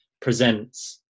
presents